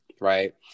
right